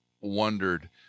wondered